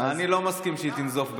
אני לא מסכים שהיא תנזוף בך.